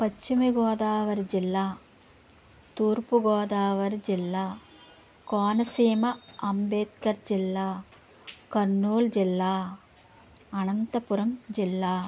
పశ్చిమ గోదావరి జిల్లా తూర్పు గోదావరి జిల్లా కోనసీమ అంబేద్కర్ జిల్లా కర్నూలు జిల్లా అనంతపురం జిల్లా